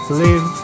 live